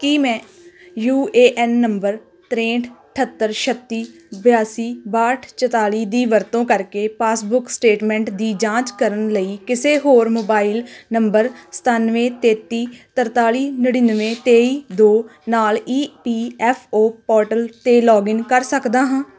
ਕੀ ਮੈਂ U A N number ਤ੍ਰੇਹਠ ਅਠੱਤਰ ਛੱਤੀ ਬਿਆਸੀ ਬਾਹਠ ਚੁਤਾਲੀ ਦੀ ਵਰਤੋਂ ਕਰਕੇ ਪਾਸਬੁੱਕ ਸਟੇਟਮੈਂਟ ਦੀ ਜਾਂਚ ਕਰਨ ਲਈ ਕਿਸੇ ਹੋਰ ਮੋਬਾਈਲ ਨੰਬਰ ਸਤਾਨਵੇਂ ਤੇਤੀ ਤਰਤਾਲੀ ਨੜਿਨਵੇਂ ਤੇਈ ਦੋ ਨਾਲ E P F O portal 'ਤੇ ਲੌਗਇਨ ਕਰ ਸਕਦਾ ਹਾਂ